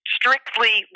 strictly